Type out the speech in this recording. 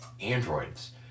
androids